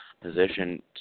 position